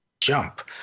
jump